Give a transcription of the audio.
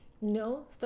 No